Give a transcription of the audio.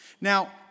Now